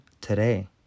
today